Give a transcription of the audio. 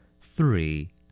three